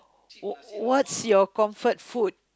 w~ what's your comfort food